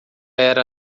era